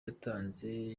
yatanze